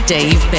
Dave